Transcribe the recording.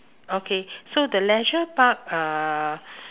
okay so the leisure park uh